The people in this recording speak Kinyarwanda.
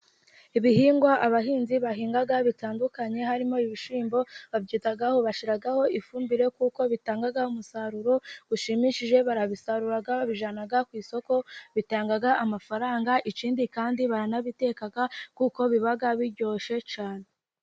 Ibihingwa abahinzi bahinga bitandukanye harimo ibishyimbo babyitaho, bashyiraho ifumbire kuko bitanga umusaruro ushimishije barabisarura babijyana ku isoko bitanga amafaranga, ikindi kandi banabitekaga kuko bibaga biryoshye cyanee